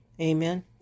Amen